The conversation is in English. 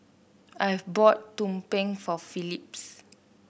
Iver bought tumpeng for Phylis